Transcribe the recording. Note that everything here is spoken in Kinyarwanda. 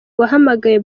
wahamagawe